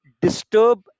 disturb